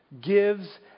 gives